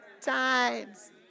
times